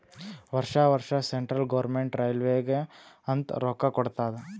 ವರ್ಷಾ ವರ್ಷಾ central government ರೈಲ್ವೇಗ ಅಂತ್ ರೊಕ್ಕಾ ಕೊಡ್ತಾದ್